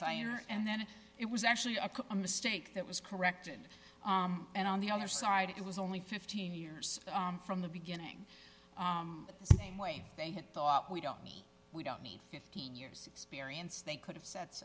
are and then it was actually a mistake that was corrected and on the other side it was only fifteen years from the beginning of the same way they had thought we don't we don't need fifteen years experience they could have sets